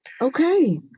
Okay